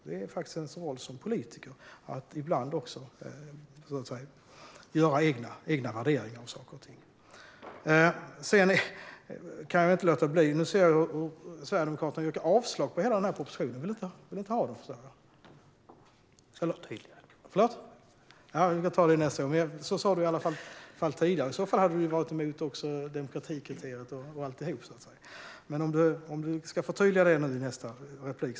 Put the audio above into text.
Det är ens roll som politiker att ibland göra egna värderingar av saker och ting. Sedan kan jag inte låta bli att ta upp att Sverigedemokraterna yrkar avslag på hela propositionen. Så sa du i alla fall tidigare, och i så fall hade ni varit emot demokratikriteriet och alltihop. Du får gärna förtydliga detta i nästa replik.